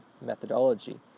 methodology